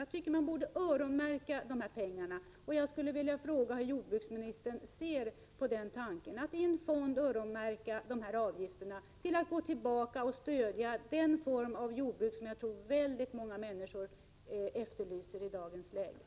Jag tycker att vi borde öronmärka de pengarna. Jag skulle vilja fråga jordbruksministern hur han ser på tanken att i en fond öronmärka dessa avgifter för att gå till stöd av den formen av jordbruk som jag tror att väldigt många människor efterlyser i dagens läge.